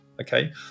Okay